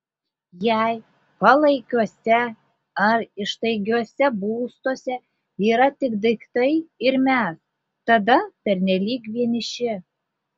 jei palaikiuose ar ištaigiuose būstuose yra tik daiktai ir mes tada pernelyg vieniši